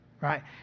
right